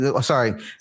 Sorry